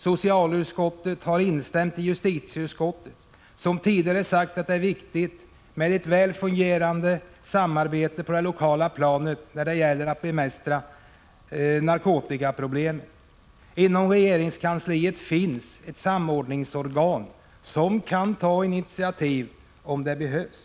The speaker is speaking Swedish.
Socialutskottet har instämt i vad justitieutskottet tidigare har framhållit om vikten av ett väl fungerande samarbete på det lokala planet när det gäller att bemästra narkotikaproblemen. Inom regeringskansliet finns ett samordningsorgan, som kan ta initiativ om det behövs.